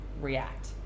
react